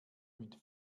mit